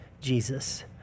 Jesus